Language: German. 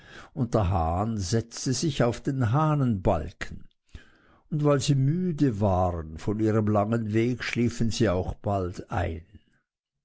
und der hahn setzte sich auf den hahnenbalken und weil sie müde waren von ihrem langen weg schliefen sie auch bald ein